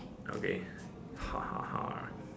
okay